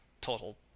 total